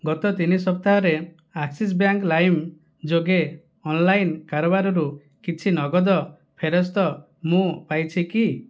ଗତ ତିନି ସପ୍ତାହରେ ଆକ୍ସିସ୍ ବ୍ୟାଙ୍କ୍ ଲାଇମ୍ ଯୋଗେ ଅନ୍ଲାଇନ୍ କାରବାରରୁ କିଛି ନଗଦ ଫେରସ୍ତ ମୁଁ ପାଇଛି କି